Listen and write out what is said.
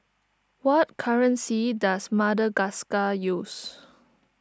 what currency does Madagascar use